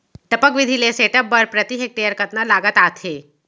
टपक विधि के सेटअप बर प्रति हेक्टेयर कतना लागत आथे?